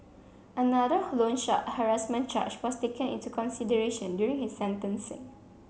another loan shark harassment charge was taken into consideration during his sentencing